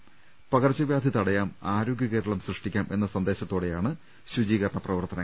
പകർച്ചവ്യാധി തടയാം ആരോഗ്യകേരളം സൃഷ്ടിക്കാം എന്ന സന്ദേശത്തോടെയാണ് ശുചീകരണ പ്രവർത്തനങ്ങൾ